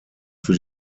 für